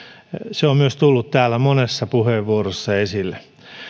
se on myös tullut täällä monessa puheenvuorossa esille